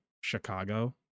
Chicago